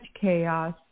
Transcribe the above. chaos